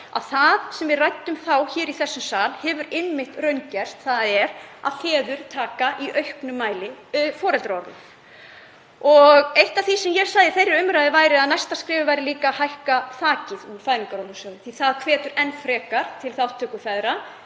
að það sem við ræddum þá hér í þessum sal hefur einmitt raungerst, þ.e. að feður taka í auknum mæli foreldraorlof. Eitt af því sem ég sagði í þeirri umræðu var að næsta skrefið væri líka að hækka þakið í fæðingarorlofi. Það hvetur enn frekar til þátttöku feðra